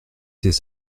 c’est